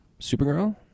supergirl